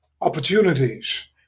opportunities